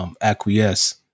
acquiesce